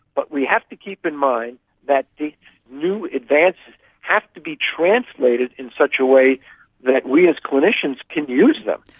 but we have to keep in mind that the new advances have to be translated in such a way that we as clinicians can use them.